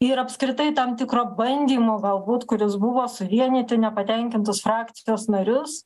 ir apskritai tam tikro bandymo galbūt kuris buvo suvienyti nepatenkintus frakcijos narius